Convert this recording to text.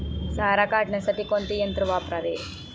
सारा काढण्यासाठी कोणते यंत्र वापरावे?